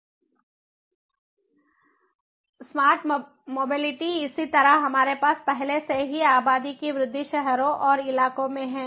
smart mobility इसी तरह हमारे पास पहले से ही आबादी की वृद्धि शहरों और इलाकों में है